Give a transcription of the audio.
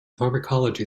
pharmacology